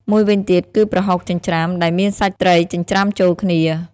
មួយវិញទៀត គឺ ប្រហុកចិញ្ច្រាំ ដែលមានសាច់ត្រីចិញ្ច្រាំចូលគ្នា។